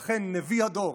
אכן נביא הדור.